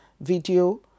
video